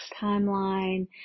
timeline